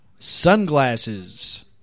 Sunglasses